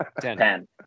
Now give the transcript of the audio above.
Ten